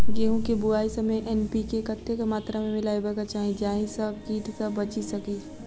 गेंहूँ केँ बुआई समय एन.पी.के कतेक मात्रा मे मिलायबाक चाहि जाहि सँ कीट सँ बचि सकी?